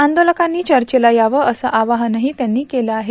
आंदोलकांनी चर्चेला यावं असं आवाहनही त्यांनी केलं आहे